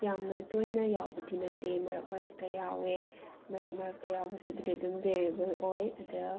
ꯌꯥꯝꯅ ꯇꯣꯏꯅ ꯌꯥꯎꯕꯗꯤ ꯅꯠꯇꯦ ꯃꯔꯛ ꯃꯔꯛꯇ ꯌꯥꯎꯋꯦ ꯃꯔꯛ ꯃꯔꯛꯇ ꯌꯥꯎꯕꯁꯤꯕꯨꯗꯤ ꯑꯗꯨꯝ ꯕꯦꯔꯤꯌꯦꯕꯜ ꯑꯣꯏ ꯑꯗ